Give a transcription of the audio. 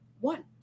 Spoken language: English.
one